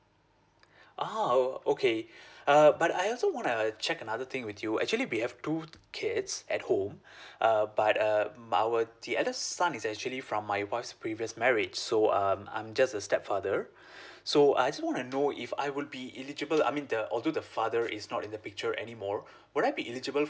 ah oh okay uh but I also wanna check another thing with you actually we have two kids at home uh but uh mm our the other son is actually from my wife's previous marriage so um I'm just a stepfather so I also wanna know if I would be eligible I mean the although the father is not in the picture anymore will I be eligible